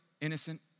innocent